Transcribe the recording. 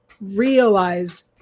realized